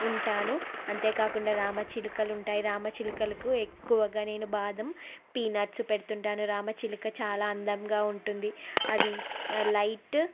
ఉంటాను అంతేకాకుండా రామచిలుకలు ఉంటాయి రామచిలుకలకు ఎక్కువగా నేను బాదం పీనట్స్ పెడుతు ఉంటాను రామచిలుక చాలా అందంగా ఉంటుంది అది లైట్